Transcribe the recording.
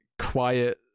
quiet